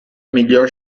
miglior